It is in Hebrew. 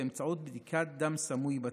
באמצעות בדיקת דם סמוי בצואה.